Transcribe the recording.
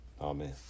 Amen